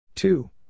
Two